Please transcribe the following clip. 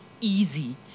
easy